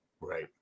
right